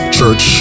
Church